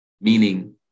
meaning